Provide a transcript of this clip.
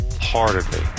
heartedly